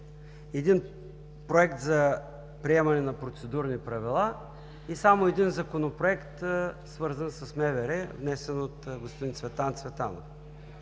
един проект за приемане на процедурни правила и само един законопроект, свързан с МВР, внесен от господин Цветан Цветанов.